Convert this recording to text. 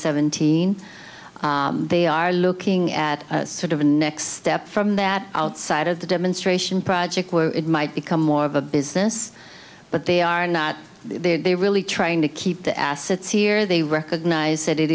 seventeen they are looking at sort of a next step from that outside of the demonstration project where it might become more of a business but they are not they really trying to keep the assets here they recognize that it